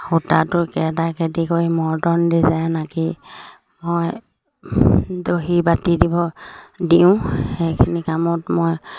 সূতাটো কেৰাটা কেৰেটু কৰি মৰ্টণ ডিজাইন আঁকি মই দহি বাতি দিব দিওঁ সেইখিনি কামত মই